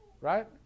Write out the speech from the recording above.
Right